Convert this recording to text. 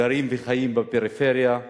גרים וחיים בפריפריה.